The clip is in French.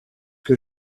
que